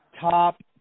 Top